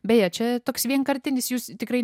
beje čia toks vienkartinis jūs tikrai